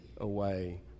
away